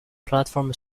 platform